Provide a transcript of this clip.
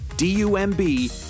D-U-M-B